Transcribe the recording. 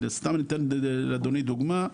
סתם אני נותן לאדוני דוגמא,